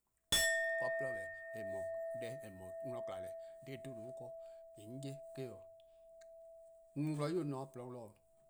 Problem :eh no-a deh :eh no-a worn :kma deh dha 'bluhba: :daa ken 'on 'ye-a eh 'o, 'on 'wluh 'yu 'on se or :porluh 'wluh.